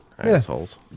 Assholes